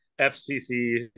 FCC